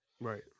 Right